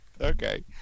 Okay